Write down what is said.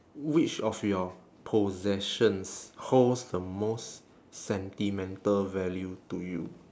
which of your possessions holds the most sentimental value to you